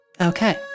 Okay